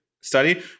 study